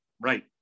right